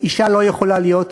אישה לא יכולה להיות